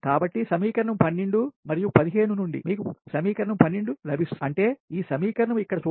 కాబట్టి సమీకరణం 12 మరియు 15 నుండి మీకు సమీకరణం 12 లభిస్తుంది అంటే ఈ సమీకరణం ఇక్కడ చూడండి